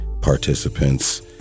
participants